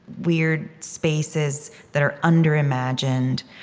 weird spaces that are under-imagined?